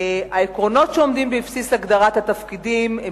העקרונות שעומדים בבסיס הגדרת התפקידים הם